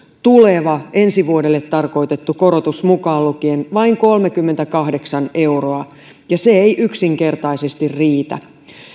tuleva ensi vuodelle tarkoitettu korotus mukaan lukien vain kolmekymmentäkahdeksan euroa ja se ei yksinkertaisesti riitä